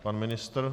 Pan ministr?